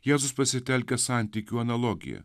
jėzus pasitelkia santykių analogiją